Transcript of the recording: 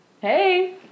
hey